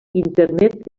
internet